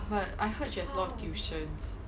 I heard I've heard she has a lot of tuitions